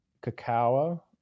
cacao